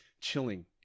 chilling